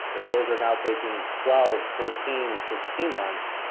if those are now taking twelve, fourteen, sixteen months,